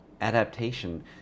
adaptation